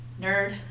nerd